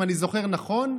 אם אני זוכר נכון,